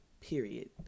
period